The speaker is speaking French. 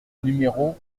numéro